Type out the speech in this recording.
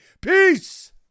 peace